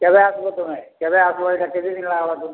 କେଭେ ଆସବ୍ ତୁମେ କେବେ ଆସ୍ବ ଇଟା କେତେ ଦିନ୍ ଲାଗ୍ବା ତୁମ୍କୁ